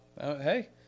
Hey